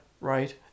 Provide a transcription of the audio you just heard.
Right